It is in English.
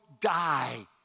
die